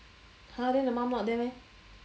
!huh! then the mum not there meh